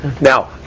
Now